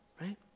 right